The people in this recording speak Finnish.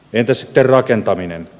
entä sitten rakentaminen